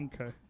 Okay